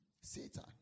Satan